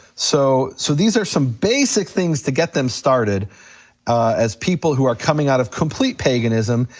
so so these are some basic things to get them started as people who are coming out of complete paganism,